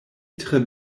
tre